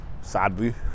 Sadly